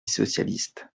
socialiste